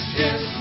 yes